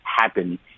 happen